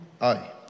Aye